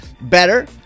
better